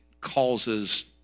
causes